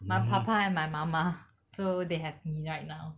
my papa and my mama so they have me right now